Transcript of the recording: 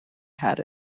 had